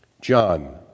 John